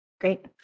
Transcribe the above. Great